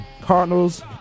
Cardinals